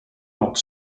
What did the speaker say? not